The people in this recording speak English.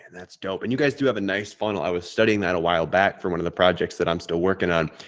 that's dope. and you guys do have a nice funnel. i was studying that a while back for one of the projects that i'm still working on.